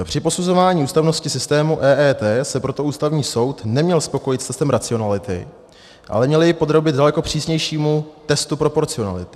Při posuzování ústavnosti systému EET se proto Ústavní soud neměl spokojit s testem racionality, ale měl jej podrobit daleko přísnějšímu testu proporcionality.